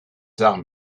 armes